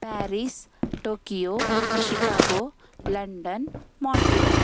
Paris Tokyo Chicago London Montreal